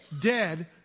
dead